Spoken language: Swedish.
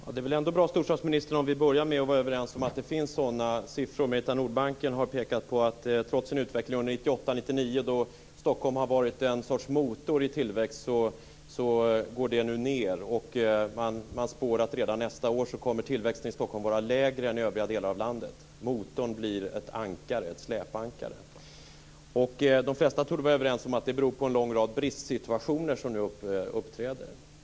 Herr talman! Det är väl ändå bra, storstadsministern, om vi börjar med att vara överens om att det finns sådana siffror. Merita Nordbanken har pekat på att trots utvecklingen under 1998 och 1999, då Stockholm var en sorts motor för tillväxten, går det nu ned. Man spår att redan nästa år kommer tillväxten i Stockholm att vara lägre än i övriga delar av landet. Motorn blir ett släpankare. De flesta torde vara överens om att det beror på en lång rad bristsituationer som nu uppträder.